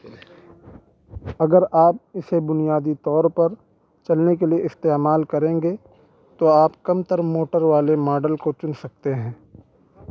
اگر آپ اسے بنیادی طور پر چلنے کے لیے استعمال کریں گے تو آپ کم تر موٹر والے ماڈل کو چن سکتے ہیں